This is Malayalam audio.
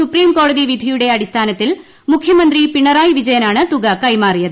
സുപ്രീംകോടതി വിധിയുടെ അടിസ്ഥാനത്തിൽ മുഖ്യമന്ത്രി പിണറായി വിജയനാണ് തുക കൈമാറിയത്